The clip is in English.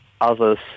Others